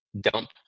dump